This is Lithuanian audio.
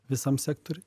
visam sektoriui